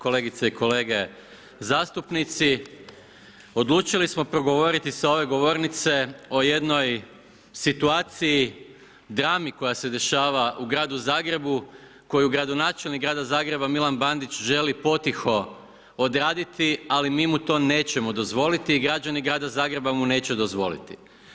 Kolegice i kolege zastupnici, odlučili smo progovoriti sa ove govornice o jednoj situaciju, drami koja se dešava u gradu Zagrebu, koju gradonačelnik grada Zagreba Milan Bandić želi potiho odraditi, ali mi mu to nećemo dozvoliti, građani grada Zagreba mu neće dozvoliti.